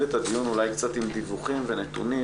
את הדיון אולי קצת עם דיווחים ונתונים